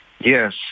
Yes